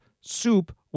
Soup